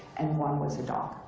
and one was a dog.